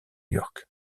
york